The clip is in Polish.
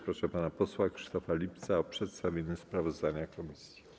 Proszę pana posła Krzysztofa Lipca o przedstawienie sprawozdania komisji.